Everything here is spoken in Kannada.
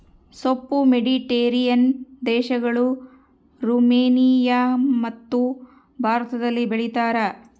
ಸೋಂಪು ಮೆಡಿಟೇರಿಯನ್ ದೇಶಗಳು, ರುಮೇನಿಯಮತ್ತು ಭಾರತದಲ್ಲಿ ಬೆಳೀತಾರ